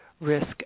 risk